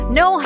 no